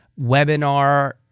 webinar